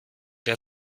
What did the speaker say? der